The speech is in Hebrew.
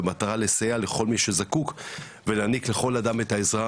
במטרה לסייע לכל מי שזקוק ולהעניק לכל אדם את העזרה